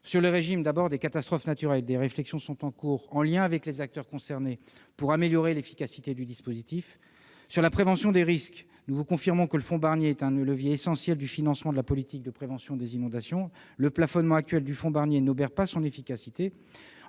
le régime des catastrophes naturelles, des réflexions sont en cours en lien avec les acteurs concernés pour améliorer l'efficacité du dispositif. Sur la prévention des risques, nous vous confirmons que le fonds Barnier est un levier essentiel du financement de la politique de prévention des inondations. Le plafonnement actuel de ce fonds n'obère pas son efficacité